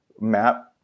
map